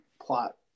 plot